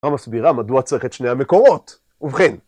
התורה מסבירה מדוע צריך את שני המקורות? ובכן...